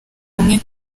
umwe